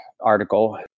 article